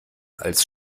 als